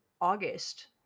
august